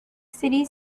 city